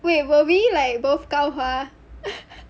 wait were we like both 高华